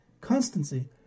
constancy